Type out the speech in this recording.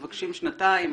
מבקשים שנתיים,